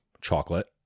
chocolate